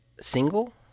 single